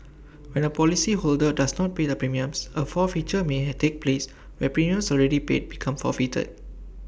when A policyholder does not pay the premiums A forfeiture may had take place where premiums already paid become forfeited